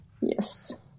Yes